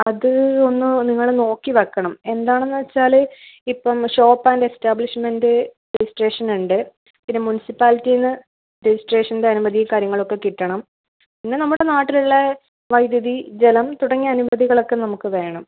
അത് ഒന്ന് നിങ്ങൾ നോക്കി വയ്ക്കണം എന്താണെന്ന് വച്ചാൽ ഇപ്പം ഷോപ്പ് ആൻ്റ് എസ്റ്റാബ്ലിഷ്മെൻ്റ് രെജിസ്ട്രേഷനുണ്ട് പിന്നെ മുൻസിപ്പാലിറ്റിയിൽ നിന്ന് രെജിസ്ട്രേഷൻ്റെ അനുമതിയും കാര്യങ്ങളൊക്കെ കിട്ടണം പിന്നെ നമ്മുടെ നാട്ടിലുള്ള വൈദ്യുതി ജലം തുടങ്ങിയ അനുമതികളൊക്കെ നമുക്ക് വേണം